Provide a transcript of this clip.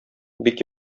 бик